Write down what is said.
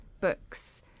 books